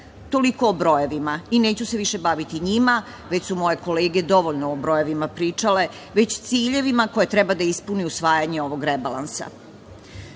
Toliko o brojevima i neću se više baviti njima, već su moje kolege dovoljno o brojevima pričale, već ciljevima koje treba da ispuni usvajanje ovog rebalansa. Rebalansom